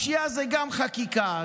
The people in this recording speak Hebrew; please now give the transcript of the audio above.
הפשיעה זה גם חקיקה,